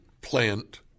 plant